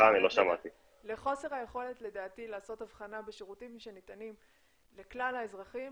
לחוסר היכולת לעשות הבחנה בשירותים שניתנים לכלל האזרחים